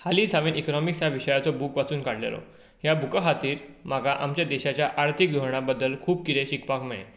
हालींच हांवें इकोनॉमिक्स ह्या विशयाचो बुक वाचून काडिल्लो ह्या बुका खातीर म्हाका आमच्या देशाच्या आर्थीक धोरणा बद्दल खूब कितें शिकपाक मेळ्ळें